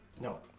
no